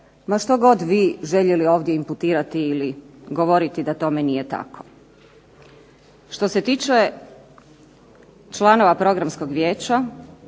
no što god vi željeli ovdje imputirati ili govoriti da tome nije tako. Što se tiče članova Programskog vijeća